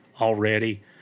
already